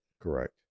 Correct